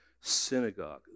synagogue